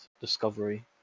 discovery